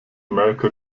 america